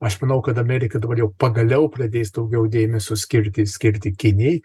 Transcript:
aš manau kad amerika dabar jau pagaliau pradės daugiau dėmesio skirti skirti kinijai